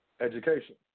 education